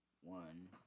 one